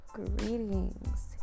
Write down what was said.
Greetings